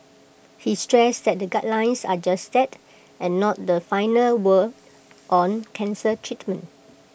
he stressed that the guidelines are just that and not the final word on cancer treatment